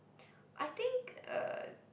I think uh